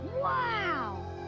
Wow